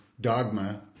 dogma